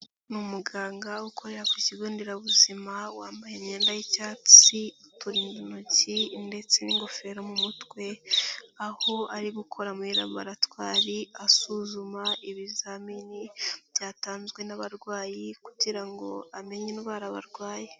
Ni umuganga ukorera ku kigo nderabuzima wambaye imyenda y'icyatsi, uturindantoki ndetse n'ingofero mu mutwe, aho ari gukora muri laboratwari asuzuma ibizamini byatanzwe n'abarwayi kugira ngo amenye indwara barwaye.